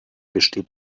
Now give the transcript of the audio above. besteht